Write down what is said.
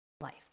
life